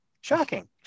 shocking